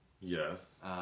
yes